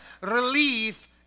relief